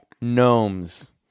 Gnomes